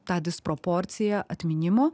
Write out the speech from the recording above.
tą disproporciją atminimo